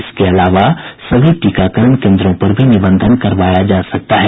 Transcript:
इसके अलावा सभी टीकाकरण केन्द्रों पर भी निबंधन करवाया जा सकता है